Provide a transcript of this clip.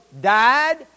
died